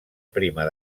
primera